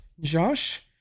Josh